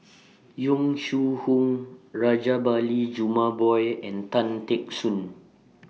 Yong Shu Hoong Rajabali Jumabhoy and Tan Teck Soon